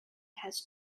has